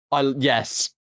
Yes